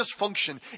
dysfunction